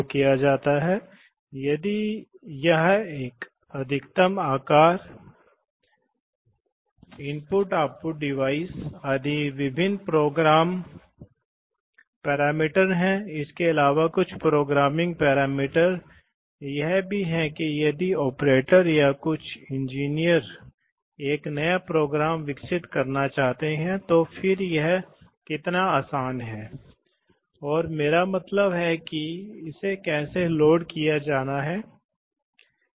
इसी तरह एक और एप्लिकेशन दिखाएगा यह एक बहुत ही दिलचस्प एप्लिकेशन है जहां हम कुछ दिखा रहे हैं हम एक न्यूमेटिक्स कुंडी की तरह कुछ महसूस कर रहे हैं आप डिजिटल इलेक्ट्रॉनिक्स में जानते हैं कि हमने कुंडी के बारे में अध्ययन किया है इसलिए हम यहां एक कुंडी के बारे में बात कर रहे हैं तो फिर क्या होता है हम वास्तव में इसे स्थानांतरित करना चाहते हैं यह है यह सिलेंडर है या यह है शायद यह है यह एक बड़ा डीसीवी है